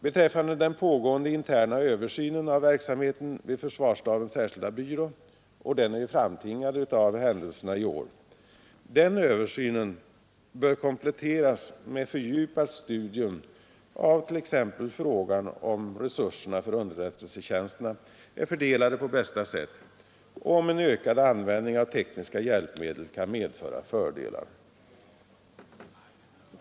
Beträffande den pågående interna översynen av verksamheten vid försvarsstabens särskilda byrå — den är framtvingad av händelserna i år — bör den översynen kompletteras med fördjupat studium av t.ex. frågan om resurserna för underrättelsetjänsterna är fördelade på bästa sätt och om en ökad användning av tekniska hjälpmedel kan medföra fördelar.